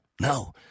No